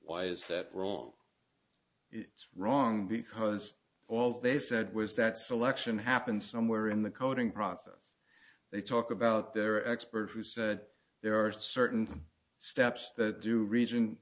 why is that wrong it's wrong because all they said was that selection happens somewhere in the coding process they talk about their expert who said there are certain steps that do region